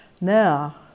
Now